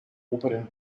oberen